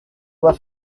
loi